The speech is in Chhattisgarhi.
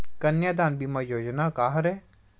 कन्यादान बीमा योजना का हरय?